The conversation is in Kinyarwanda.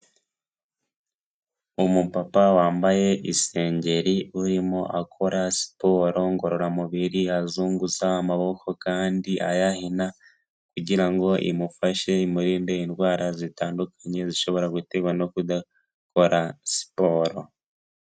Umupapa wambaye isengeri urimo akora siporo ngororamubiri, azunguza amaboko kandi ayahina. Kugira ngo imufashe, imurinde indwara zitandukanye zishobora guterwa no kudakora siporo.